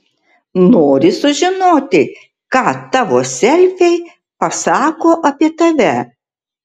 nori sužinoti ką tavo selfiai pasako apie tave